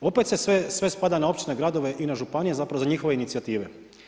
Opet se sve spada na općine, gradove i županije, zapravo za njihove inicijative.